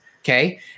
Okay